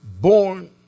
born